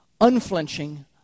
Unflinching